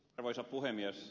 arvoisa puhemies